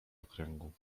okręgu